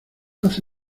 hace